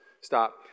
Stop